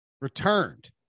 returned